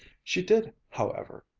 she did, however,